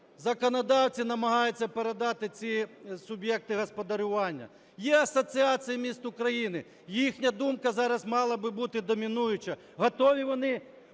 законодавці намагаються передати ці суб'єкти господарювання. Є Асоціація міст України, їхня думка зараз мала би бути домінуюча, готові вони